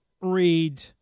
read